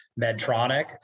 Medtronic